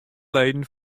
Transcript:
leden